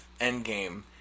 Endgame